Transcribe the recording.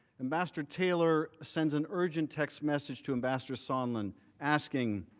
ambassador taylor sent an urgent text message to ambassador sondland asking,